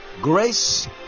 Grace